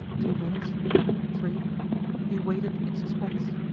two minutes three he waited in suspense.